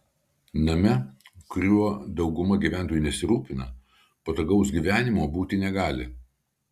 name kuriuo dauguma gyventojų nesirūpina patogaus gyvenimo būti negali